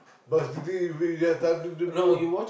but the thing is we have nothing to do